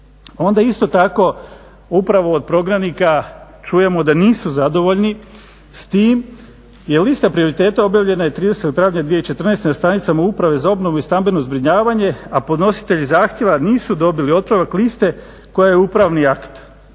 onda isto tako upravo od prognanika čujemo da nisu zadovoljni s tim jer lista prioriteta objavljena je 30. travnja 2014. na stranicama uprave za obnovu i stambeno zbrinjavanje, a podnositelji zahtjeva nisu dobili otpravak liste koja je upravni akt.